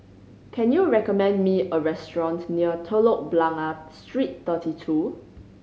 can you recommend me a restaurant near Telok Blangah Street Thirty Two